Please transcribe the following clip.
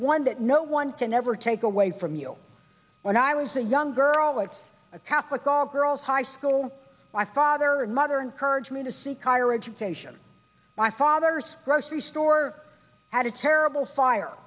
one that no one can ever take away from you when i was a young girl it's a catholic all girls high school my father and mother encouraged me to see kyra education my father's grocery store had a terrible fire